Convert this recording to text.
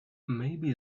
maybe